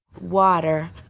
water.